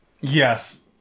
yes